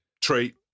treat